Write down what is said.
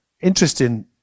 interesting